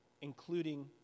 including